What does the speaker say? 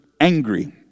Angry